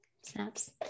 snaps